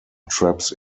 traps